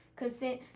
consent